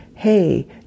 hey